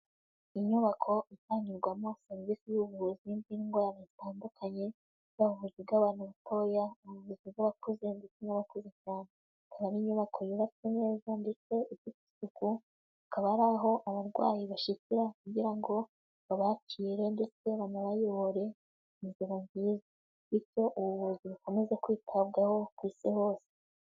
Inyubako itangirwamo serivise y'ubuvuzi bw'indwara zitandukanye, yaba ubuvuzi bw'abana batoya, ubuvuzi bw'abakuze ndetse n'abakuze cyane. Akaba ari inyubako yubatse neza ndetse ifite isuku, hakaba hari aho abarwayi bashikira kugira ngo babakire ndetse banabayobore inzira nziza. Bityo ubuvuzi bukomeze kwitabwaho ku isi hose.